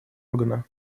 органа